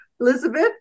Elizabeth